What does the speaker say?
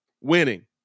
Winning